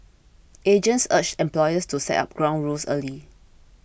agents urged employers to set up ground rules early